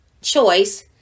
choice